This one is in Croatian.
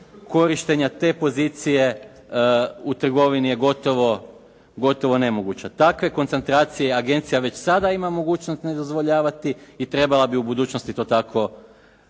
korištenja te pozicije u trgovini je gotovo nemoguća. Takve koncentracije agencija već sada ima mogućnost nedozvoljavati i trebala bi u budućnosti to tako i raditi.